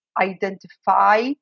identify